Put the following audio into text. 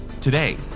Today